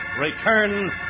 Return